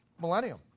Millennium